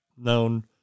known